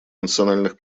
национальных